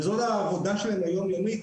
וזאת העבודה שלהם היום-יומית,